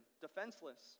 defenseless